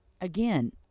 again